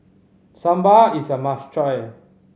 sambar is a must try